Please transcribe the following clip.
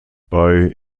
bei